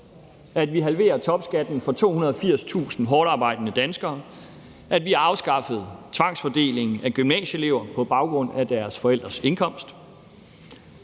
Vi halverer topskatten for 280.000 hårdtarbejdende danskere. Vi har afskaffet tvangsfordelingen af gymnasieelever på baggrund af deres forældres indkomst.